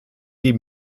die